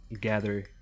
gather